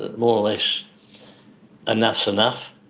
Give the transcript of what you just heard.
more or less enough's enough.